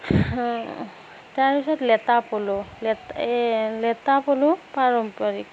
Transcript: তাৰ পিছত লেটা পলু এই লেটা পলু পাৰম্পৰিক